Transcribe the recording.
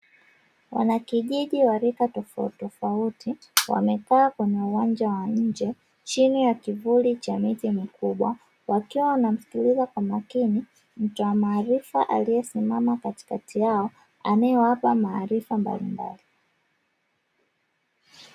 Wanakijiji wa rika tofautitofauti, wamekaa kwenye uwanja wa nje, chini ya kivuli cha miti mikubwa, wakiwa wanamsikiliza kwa makini mtoa maarifa aliyesimama katikati yao anayewapa maarifa mbalimbali.